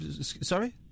Sorry